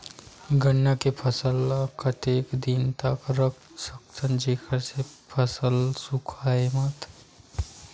गन्ना के फसल ल कतेक दिन तक रख सकथव जेखर से फसल सूखाय मत?